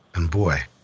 and boy,